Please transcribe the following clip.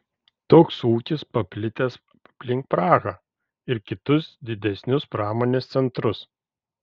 toks ūkis paplitęs aplink prahą ir kitus didesnius pramonės centrus